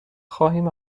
خواهیم